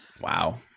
Wow